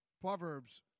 Proverbs